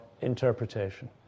interpretation